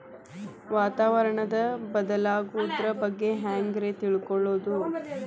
ವಾತಾವರಣ ಬದಲಾಗೊದ್ರ ಬಗ್ಗೆ ಹ್ಯಾಂಗ್ ರೇ ತಿಳ್ಕೊಳೋದು?